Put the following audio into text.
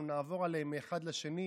אנחנו נעבור עליהם מאחד לשני.